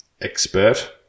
expert